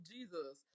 Jesus